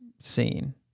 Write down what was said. scene